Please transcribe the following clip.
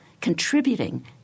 contributing